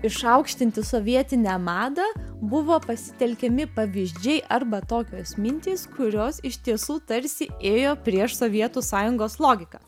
išaukštinti sovietinę madą buvo pasitelkiami pavyzdžiai arba tokios mintys kurios iš tiesų tarsi ėjo prieš sovietų sąjungos logiką